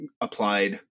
applied